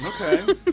Okay